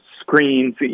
screens